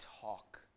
talk